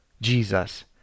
jesus